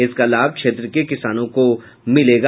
इसका लाभ क्षेत्र के किसानों को मिलेगा